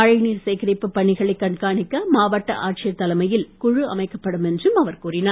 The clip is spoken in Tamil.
மழை நீர் சேகரிப்பு பணிகளைக் கண்காணிக்க மாவட்ட ஆட்சியர் தலைமையில் குழு அமைக்கப்படும் என்றும் அவர் கூறினார்